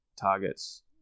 targets